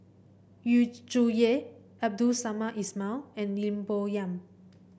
Yu Zhuye Abdul Samad Ismail and Lim Bo Yam